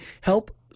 help